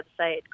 website